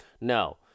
No